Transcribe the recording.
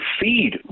feed